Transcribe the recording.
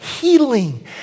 healing